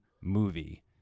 movie